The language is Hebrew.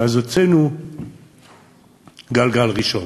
ואז הוצאנו גלגל ראשון,